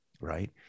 right